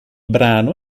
brano